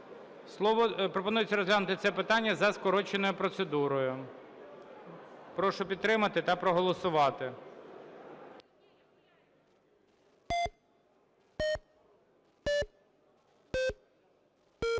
Пропонується розглянути це питання за скороченою процедурою. Прошу підтримати та проголосувати.